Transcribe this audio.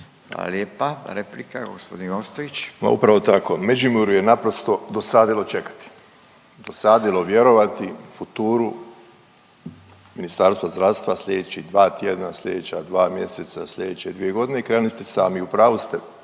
Rajko (Nezavisni)** Pa upravo tako, Međimurje naprosto dosadilo čekati, dosaditi vjerovati futuru Ministarstva zdravstva sljedeći dva tjedna, sljedeća dva mjeseca, sljedeće dvije godine i krenili ste sami. U pravu ste,